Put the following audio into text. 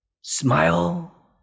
Smile